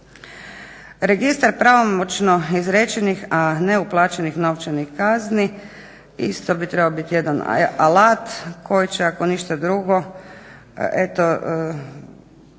Registar pravomoćno izrečenih a ne uplaćenih novčanih kazni isto bi trebao biti jedan alat koji će ako ništa drugo eto